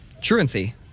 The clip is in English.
truancy